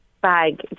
bag